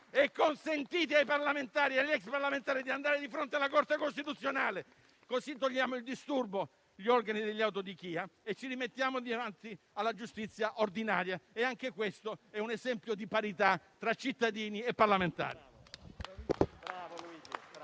E consentite ai parlamentari e agli ex parlamentari di andare di fronte alla Corte costituzionale, così togliamo il disturbo presso gli organi di autodichia e ci rimettiamo dinanzi alla giustizia ordinaria. Anche questo è un esempio di parità tra cittadini e parlamentari.